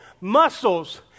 muscles